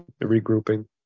regrouping